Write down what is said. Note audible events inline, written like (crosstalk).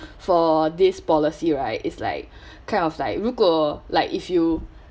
for this policy right is like (breath) kind of like 如果 like if you